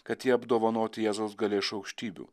kad jie apdovanoti jėzaus galia iš aukštybių